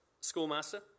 schoolmaster